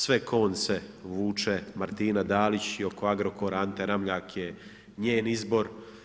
Sve konce vuče Martina Dalić i oko Agrokora Ante Ramljak je njen izbor.